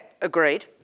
agreed